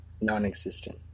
non-existent